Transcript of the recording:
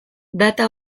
data